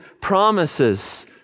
promises